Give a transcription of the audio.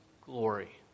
glory